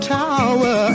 tower